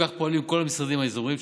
וכך פועלים כל המשרדים האזוריים,